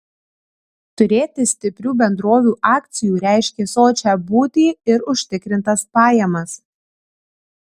turėti stiprių bendrovių akcijų reiškė sočią būtį ir užtikrintas pajamas